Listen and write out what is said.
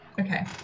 Okay